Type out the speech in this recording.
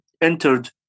entered